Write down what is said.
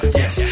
yes